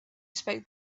spoke